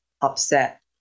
upset